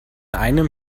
einem